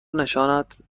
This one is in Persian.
نشانت